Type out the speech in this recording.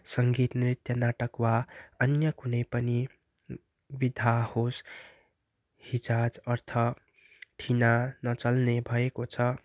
सङ्गीत नृत्य नाटक वा अन्य कुनै पनि विधा होस् हिजोआज अर्थ ठिना नचल्ने भएको छ